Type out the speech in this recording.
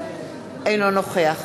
אינו נוכח